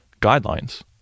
guidelines